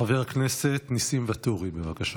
חבר הכנסת ניסים ואטורי, בבקשה.